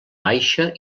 baixa